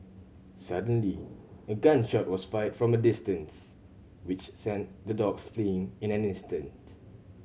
suddenly a gun shot was fired from a distance which sent the dogs fleeing in an instant